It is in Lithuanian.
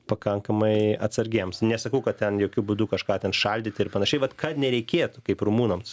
pakankamai atsargiems nesakau kad ten jokiu būdu kažką ten šaldyti ir panašiai vat kad nereikėtų kaip rumunams